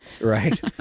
Right